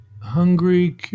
Hungry